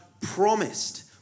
promised